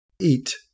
eat